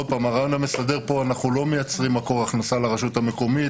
הרעיון פה הוא לא לייצר מקור הכנסה לרשות המקומית,